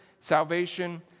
salvation